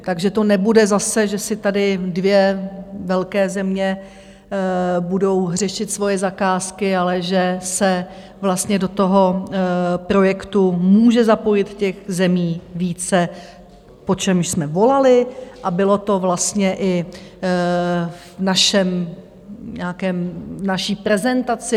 Takže to nebude zase, že si tady dvě velké země budou řešit svoje zakázky, ale že se vlastně do toho projektu může zapojit těch zemí více, po čemž jsme volali a bylo to vlastně i v naší prezentaci.